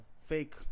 fake